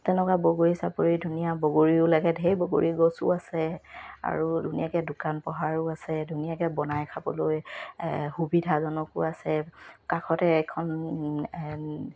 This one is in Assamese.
তেনেকুৱা বগৰী চাপৰি ধুনীয়া বগৰীও লাগে ঢেৰ বগৰী গছো আছে আৰু ধুনীয়াকে দোকান পোহাৰো আছে ধুনীয়াকে বনাই খাবলৈ সুবিধাজনকো আছে কাষতে এখন